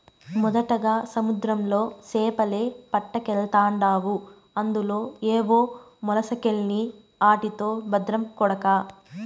మొదటగా సముద్రంలో సేపలే పట్టకెల్తాండావు అందులో ఏవో మొలసకెల్ని ఆటితో బద్రం కొడకా